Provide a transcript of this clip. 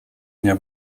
dnia